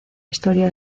historia